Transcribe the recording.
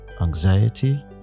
anxiety